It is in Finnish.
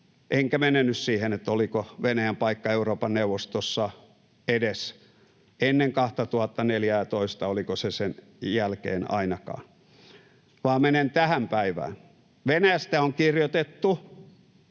Enkä mene nyt siihen, oliko Venäjän paikka Euroopan neuvostossa edes ennen 2014:ää, oliko ainakaan sen jälkeen, vaan menen tähän päivään. Venäjästä on kirjoitettu,